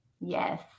Yes